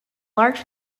large